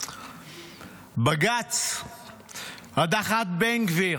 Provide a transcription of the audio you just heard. בג"ץ הדחת בן גביר.